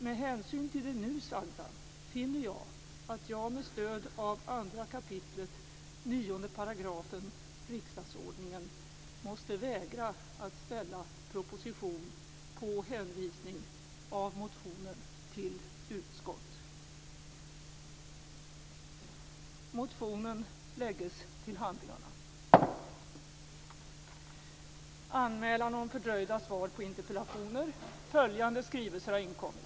Med hänsyn till det nu sagda finner jag att jag med stöd av 2 kap. 9 § riksdagsordningen måste vägra att ställa proposition på hänvisning av motionen till utskott.